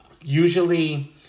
Usually